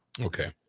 Okay